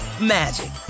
magic